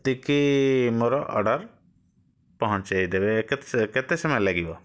ଏତିକି ମୋର ଅର୍ଡ଼ର୍ ପହଞ୍ଚେଇ ଦେବେ କେତେ କେତେ ସମୟ ଲାଗିବ